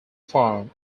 farm